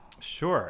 Sure